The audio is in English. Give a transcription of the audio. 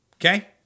Okay